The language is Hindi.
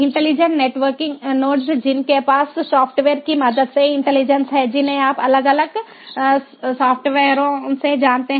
इंटेलिजेंट नेटवर्किंग नोड्स जिनके पास सॉफ्टवेयर की मदद से इंटेलिजेंस है जिन्हें आप अलग अलग सॉफ्टवेयरों से जानते हैं